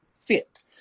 fit